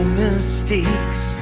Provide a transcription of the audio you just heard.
mistakes